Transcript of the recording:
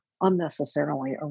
unnecessarily